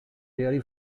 dairy